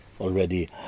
already